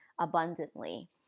abundantly